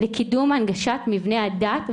לקידום הנגשת מבני הדת,